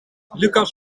lucas